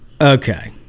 okay